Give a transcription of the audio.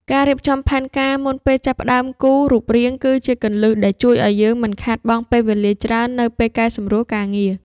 ការរៀបចំផែនការមុនពេលចាប់ផ្តើមគូររូបរាងគឺជាគន្លឹះដែលជួយឱ្យយើងមិនខាតបង់ពេលវេលាច្រើននៅពេលកែសម្រួលការងារ។